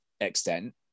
extent